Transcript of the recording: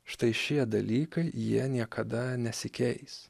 štai šie dalykai jie niekada nesikeis